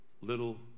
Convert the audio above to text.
little